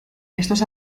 estos